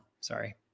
sorry